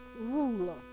ruler